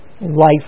life